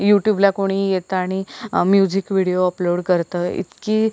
युट्युबला कोणीही येतं आणि म्युझिक व्हिडिओ अपलोड करतं इतकी